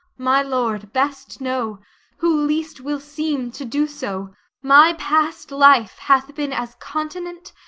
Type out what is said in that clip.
my lord, best know who least will seem to do so my past life hath been as continent,